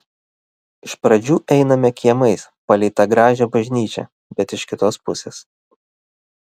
iš pradžių einame kiemais palei tą gražią bažnyčią bet iš kitos pusės